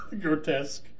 grotesque